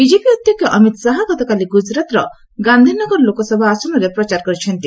BJP ଅଧ୍ୟକ୍ଷ ଅମିତ ଶାହା ଗତକାଲି ଗୁଜରାଟର ଗାନ୍ଧିନଗର ଲୋକସଭା ଆସନରେ ପ୍ରଚାର କରିଛନ୍ତି